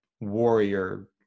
warrior